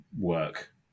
work